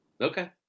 Okay